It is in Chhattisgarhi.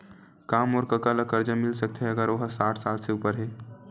का मोर कका ला कर्जा मिल सकथे अगर ओ हा साठ साल से उपर हे?